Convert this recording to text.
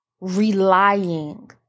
relying